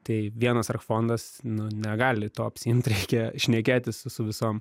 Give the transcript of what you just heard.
tai vienas ark fondas nu negali to apsiimt reikia šnekėtis su visom